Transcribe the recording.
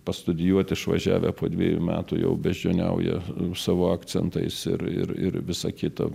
pastudijuot išvažiavę po dvejų metų jau beždžioniauja savo akcentais ir ir ir visa kita